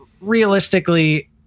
realistically